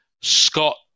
Scott